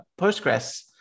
Postgres